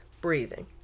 breathing